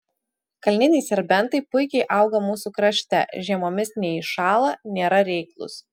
kalniniai serbentai puikiai auga mūsų krašte žiemomis neiššąla nėra reiklūs